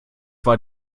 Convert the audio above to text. war